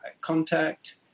contact